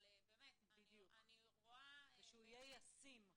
אבל, אני רואה -- שהוא יהיה ישים.